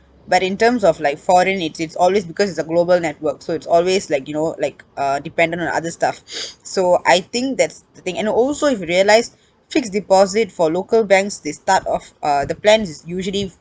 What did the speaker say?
but in terms of like foreign it is always because it's a the global network so it's always like you know like a dependent on other stuff so I think that's the thing and also if realised fixed deposit for local banks they start off uh the plans is usually